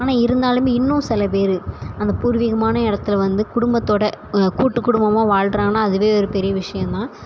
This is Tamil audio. ஆனால் இருந்தாலும் இன்னும் சில பேர் அந்த பூர்வீகமான இடத்துல வந்து குடும்பத்தோடு கூட்டு குடும்பமாக வாழ்கிறாங்கன்னா அதுவே ஒரு பெரிய விஷயம் தான்